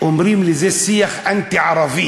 אומרים על זה: שיח אנטי-ערבי.